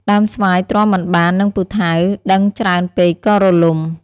ដើមស្វាយ ទ្រាំមិនបាននឹងពូថៅ-ដឹងច្រើនពេក ក៏រលំ ។